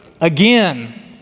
again